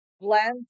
blend